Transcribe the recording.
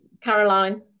Caroline